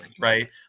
right